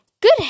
good